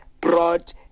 brought